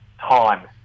time